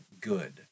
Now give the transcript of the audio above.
good